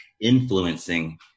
influencing